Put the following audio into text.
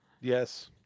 Yes